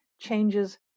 changes